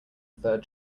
third